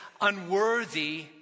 unworthy